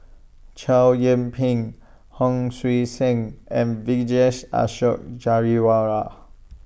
Chow Yian Ping Hon Sui Sen and Vijesh Ashok Ghariwala